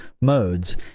modes